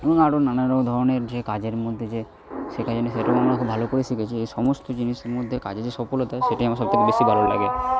এবং আরো নানারকম ধরনের যে কাজের মধ্যে যে ভালো করে শিখেছি এই সমস্ত জিনিসের মধ্যেও কাজের যে সফলতা সেটাই আমার সবথেকে বেশি ভালো লাগে